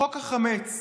חוק החמץ,